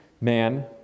man